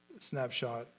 snapshot